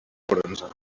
bronze